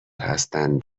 هستند